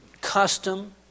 custom